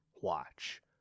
watch